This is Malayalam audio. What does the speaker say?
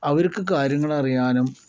അവർക്ക് കാര്യങ്ങൾ അറിയാനും